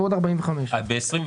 ועו 45. ב-2021,